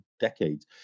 decades